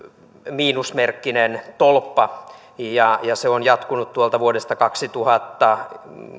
miinusmerkkinen tolppa ja se on jatkunut tuolta vuodesta kaksituhattakymmenen